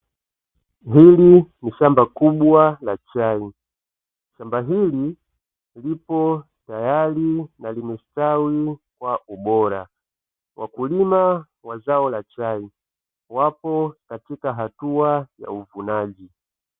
Hili ni shamba kubwa la chai, shamba hili lipo tayari na limestawi kwa ubora, wakulima wa zao la chai wapo katika hatua ya uvunaji.